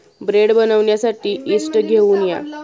bread बनवण्यासाठी yeast घेऊन या